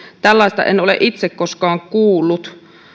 tällaista en ole itse koskaan kuullut